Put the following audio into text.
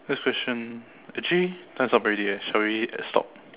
next question actually time's up already eh sorry stop